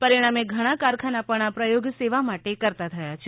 પરિણામે ઘણા કારખાના પણ આ પ્રયોગ સેવા માટે કરતાં થયા છે